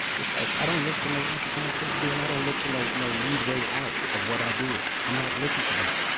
it's like, i don't look for no empathy and sympathy, and i don't look for no, no lead way out of what i did. i'm not looking for that.